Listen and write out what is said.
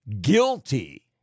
guilty